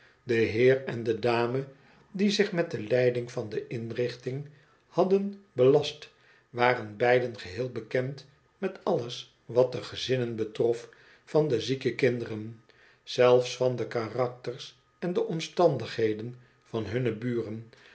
de heer en de dame dio zich met de leiding van de inrichting hadden belast waren beiden geheel bekend met alles wat de gezinnen betrof van de zieke kinderen zelfs van de karakters en de omstandigheden van hunne buren